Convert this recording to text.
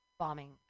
bombing